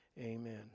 Amen